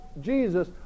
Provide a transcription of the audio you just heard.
Jesus